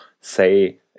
say